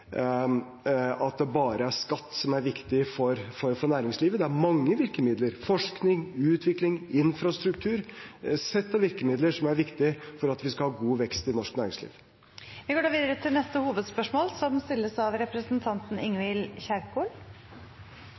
mange virkemidler: forskning, utvikling, infrastruktur – et sett av virkemidler som er viktig for at vi skal ha god vekst i norsk næringsliv. Vi går videre til neste hovedspørsmål.